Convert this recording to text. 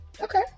Okay